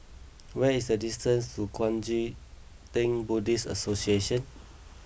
where is the distance to Kuang Chee Tng Buddhist Association